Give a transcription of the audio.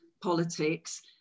politics